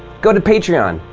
go to patreon.